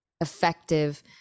effective